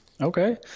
Okay